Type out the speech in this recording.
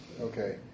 Okay